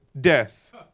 death